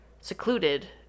secluded